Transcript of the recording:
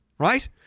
Right